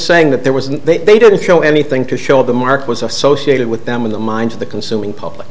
saying that there was and they didn't show anything to show the market was associated with them in the minds of the consuming public